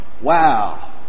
Wow